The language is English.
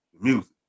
music